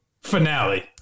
finale